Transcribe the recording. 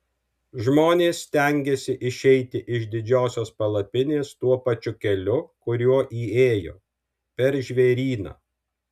žmonės stengiasi išeiti iš didžiosios palapinės tuo pačiu keliu kuriuo įėjo per žvėryną